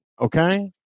Okay